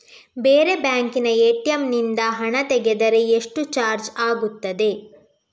ಬೇರೆ ಬ್ಯಾಂಕಿನ ಎ.ಟಿ.ಎಂ ನಿಂದ ಹಣ ತೆಗೆದರೆ ಎಷ್ಟು ಚಾರ್ಜ್ ಆಗುತ್ತದೆ?